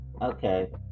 okay